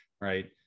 right